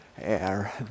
air